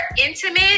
intimate